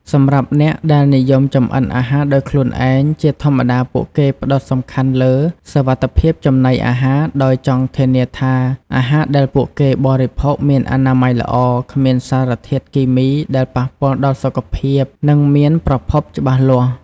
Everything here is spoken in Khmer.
សម្រាប់អ្នកដែលនិយមចម្អិនអាហារដោយខ្លួនឯង ជាធម្មតាពួកគេផ្ដោតសំខាន់លើ សុវត្ថិភាពចំណីអាហារ ដោយចង់ធានាថាអាហារដែលពួកគេបរិភោគមានអនាម័យល្អ គ្មានសារធាតុគីមីដែលប៉ះពាល់សុខភាព និងមានប្រភពច្បាស់លាស់។